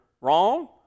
wrong